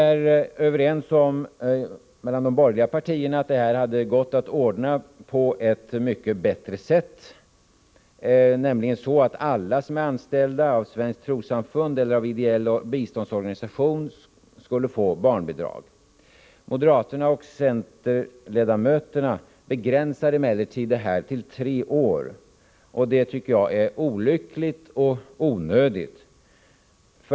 De borgerliga partierna är överens om att det här hade gått att ordna på ett mycket bättre sätt, nämligen så att alla som är anställda av svenskt trossamfund eller ideell biståndsorganisation skulle få barnbidrag. Moderaterna och centerledamöterna begränsar emellertid detta till att gälla tre år, och det tycker jag är olyckligt och onödigt.